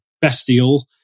bestial